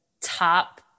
top